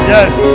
Yes